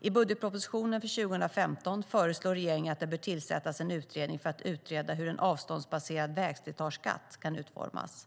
I budgetpropositionen för 2015 föreslår regeringen att det bör tillsättas en utredning om hur en avståndsbaserad vägslitageskatt kan utformas.